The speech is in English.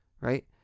right